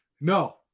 No